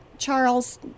Charles